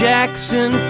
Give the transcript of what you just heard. Jackson